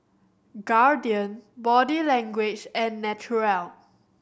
Guardian Body Language and Naturel